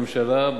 ממשלה,